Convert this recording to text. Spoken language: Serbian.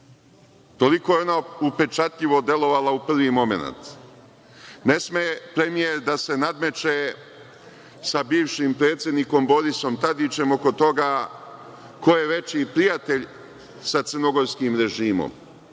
Toliko je ona upečatljivo delovala u prvi momenat. Ne sme premijer da se nadmeće sa bivšim predsednikom Borisom Tadićem oko toga ko je veći prijatelj sa crnogorskim režimom,